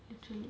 literally